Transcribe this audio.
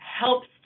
helps